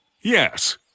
Yes